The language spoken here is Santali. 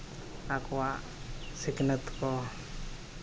ᱟᱠᱚᱣᱟᱜ ᱥᱤᱠᱷᱱᱟᱹᱛ ᱠᱚ